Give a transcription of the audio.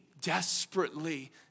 desperately